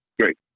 Great